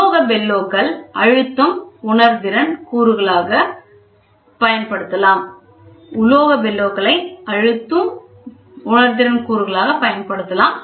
உலோகத் பெல்லோக்கள் அழுத்தம் உணர்திறன் கூறுகளாகப் பயன்படுத்தப்படலாம்